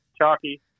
Chalky